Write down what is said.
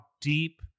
deep